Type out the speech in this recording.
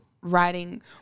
writing